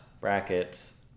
brackets